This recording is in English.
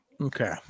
Okay